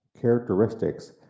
characteristics